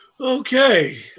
Okay